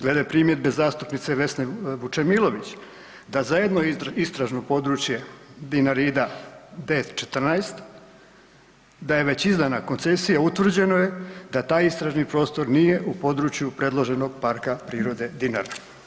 Glede primjedbe zastupnice Vesne Vučemilović da zajedno istražno područje Dinarida – test 14 da je već izdana koncesija utvrđeno je da taj istražni prostor nije u području predloženog PP Dinara.